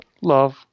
Love